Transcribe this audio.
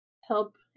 help